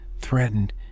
threatened